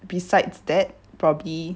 besides that probably